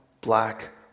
black